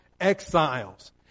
exiles